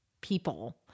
people